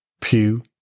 Pew